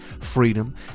freedom